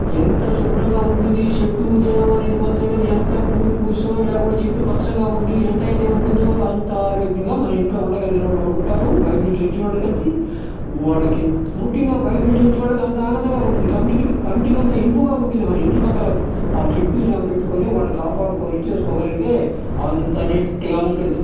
ఎంత శుభ్రంగా ఉంటుంది ఈ చెట్టు చేమ అనేది మొత్తం మీద ఎంత పూలు పూసో లేకుంటే చెట్టు పచ్చంగా ఉండి ఎంత అయితే ఉంటుందో అంత ఆరోగ్యంగా మన ఇంట్లో ఉండగలిగిన వాళ్ళు కూడా ఉంటారు బయట నుంచి వచ్చిన వాళ్లకైతే వాళ్లకి ముఖ్యంగా బయట నుంచి వచ్చిన వాళ్ళకి అంత ఆనందంగా ఉంటుంది కంటికి కంటికి అంత ఇంపుగా ఉంటుంది మన ఇంటి పక్కల ఆ చెట్టు చేమ పెట్టుకుని వాళ్ళని కాపాడుకొని ఇది చేసుకోగలిగితే అంత నీట్గా ఉంటుంది